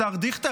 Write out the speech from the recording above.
השר דיכטר.